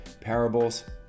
parables